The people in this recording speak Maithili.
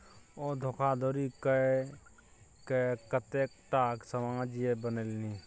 ओ धोखाधड़ी कय कए एतेकटाक साम्राज्य बनेलनि